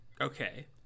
Okay